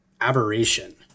aberration